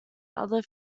other